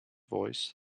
voice